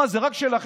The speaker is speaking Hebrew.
מה, זה רק שלכם?